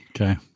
Okay